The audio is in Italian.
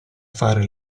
fare